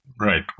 right